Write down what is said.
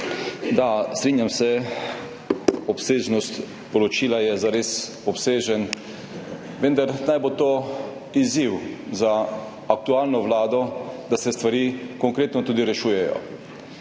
Da, strinjam se, poročilo je zares obsežno, vendar naj bo to izziv za aktualno vlado, da se stvari tudi konkretno rešujejo.